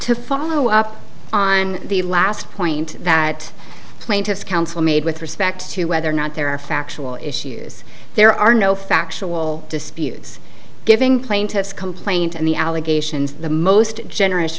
to follow up on the last point that plaintiff's counsel made with respect to whether or not there are factual issues there are no factual disputes giving plaintiff's complaint and the allegations the most generous